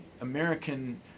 American